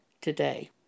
today